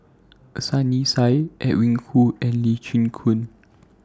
Sunny Sia Edwin Koo and Lee Chin Koon